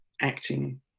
acting